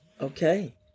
Okay